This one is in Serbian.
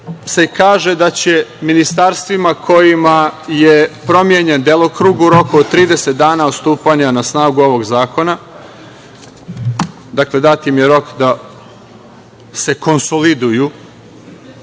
se kaže da će ministarstvima kojima je promenjen delokrug u roku od 30 dana od stupanja na snagu ovog zakona, dakle dat im je rok da se konsoliduju,